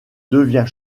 devient